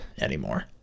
anymore